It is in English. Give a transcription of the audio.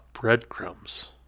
breadcrumbs